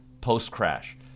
post-crash